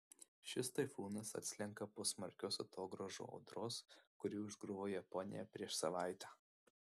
šis taifūnas atslenka po smarkios atogrąžų audros kuri užgriuvo japoniją prieš savaitę